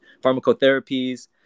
pharmacotherapies